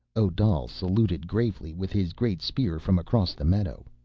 odal saluted gravely with his great spear from across the meadow.